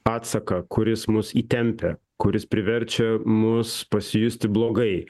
atsaką kuris mus įtempia kuris priverčia mus pasijusti blogai